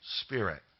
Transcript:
Spirit